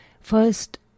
First